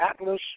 Atlas